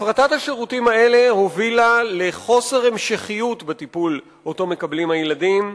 הפרטת השירותים האלה הובילה לחוסר המשכיות בטיפול שמקבלים הילדים,